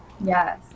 Yes